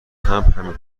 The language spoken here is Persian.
همینطور